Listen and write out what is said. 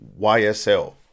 YSL